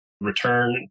return